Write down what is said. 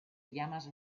llamas